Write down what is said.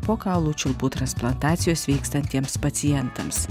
po kaulų čiulpų transplantacijos sveikstantiems pacientams